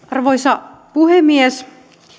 arvoisa puhemies